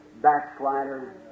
Backslider